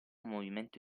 movimento